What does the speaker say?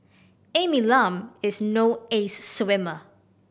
Amy Lam is no ace swimmer